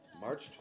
March